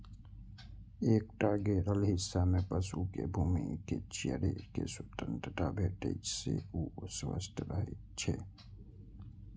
एकटा घेरल हिस्सा मे पशु कें घूमि कें चरै के स्वतंत्रता भेटै से ओ स्वस्थ रहै छै